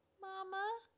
Mama